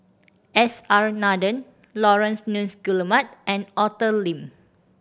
S R Nathan Laurence Nunns Guillemard and Arthur Lim